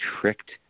tricked